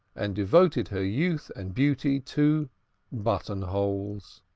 and devoted her youth and beauty to buttonholes.